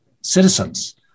citizens